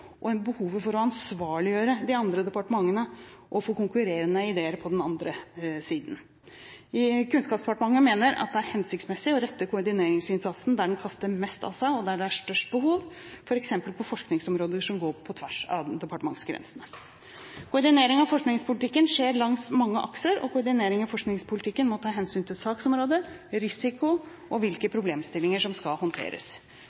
og behovet for å ansvarliggjøre de andre departementene og behovet for konkurrerende ideer på den andre siden. Kunnskapsdepartementet mener at det er hensiktsmessig å rette koordineringsinnsatsen der den kaster mest av seg og der det er størst behov, f.eks. på forskningsområder som går på tvers av departementsgrensene. Koordinering av forskningspolitikken skjer langs mange akser, og koordinering i forskningspolitikken må ta hensyn til saksområde, risiko og hvilke